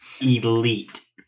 Elite